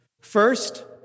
First